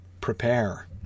prepare